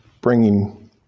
bringing